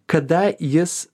kada jis